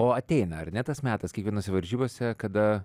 o ateina ar ne tas metas kiekvienose varžybose kada